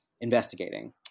investigating